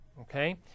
okay